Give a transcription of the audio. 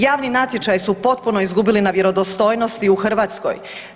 Javni natječaji su potpuno izgubili na vjerodostojnosti u Hrvatskoj.